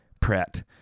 Pratt